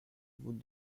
vous